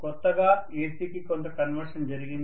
కొత్తగా ACకి కొంత కన్వర్షన్ జరిగింది